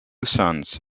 sons